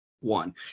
one